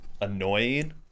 annoying